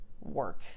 work